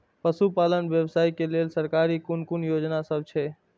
पशु पालन व्यवसाय के लेल सरकारी कुन कुन योजना सब छै?